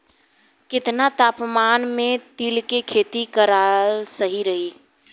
केतना तापमान मे तिल के खेती कराल सही रही?